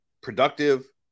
Productive